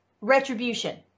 retribution